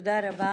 תודה רבה.